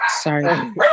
sorry